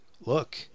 Look